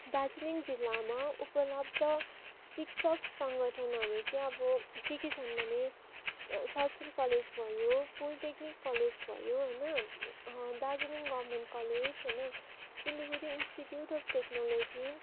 दार्जिलिङ जिल्लामा उपलब्ध शिक्षक सङ्गठनहरू चाहिँ अब के के छन् भने साउथफिल्ड कलेज भयो पोलिटेकनिक कलेज भयो होइन दार्जिलिङ गभर्नमेन्ट कलेज होइन सिलगढी इन्स्टिट्युट अफ टेक्नोलोजी